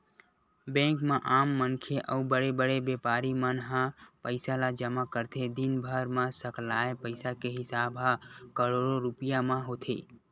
bank म आम मनखे अउ बड़े बड़े बेपारी मन ह पइसा ल जमा करथे, दिनभर म सकलाय पइसा के हिसाब ह करोड़ो रूपिया म होथे